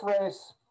race